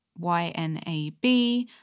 YNAB